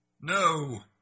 No